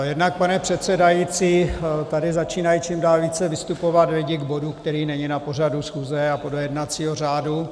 Jednak, pane předsedající, tady začínají čím dál více vystupovat lidi k bodu, který není na pořadu schůze a podle jednacího řádu.